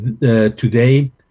Today